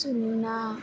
సున్నా